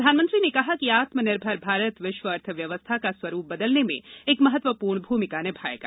प्रधानमंत्री ने कहा कि आत्मनिर्भर भारत विश्व अर्थव्यवस्था का स्वरूप बदलने में एक महत्वपूर्ण भूमिका निभाएगा